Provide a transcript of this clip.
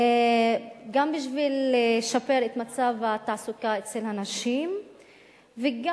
גם בשביל לשפר את מצב התעסוקה אצל הנשים וגם